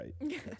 right